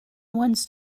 once